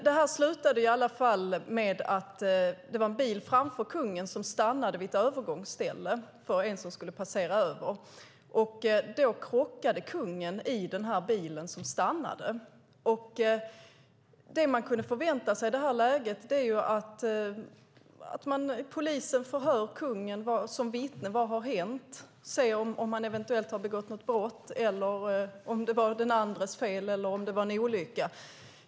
Det hela slutade i alla fall med att en bil framför kungen stannade vid ett övergångsställe för någon som skulle passera över gatan. Då krockade kungen med den bil som stannade. Det man skulle kunna förvänta sig i det här läget är att polisen skulle förhöra kungen som vittne för att höra vad som hänt och för att se om han eventuellt hade begått något brott eller om det var den andres fel eller om det var en olycka.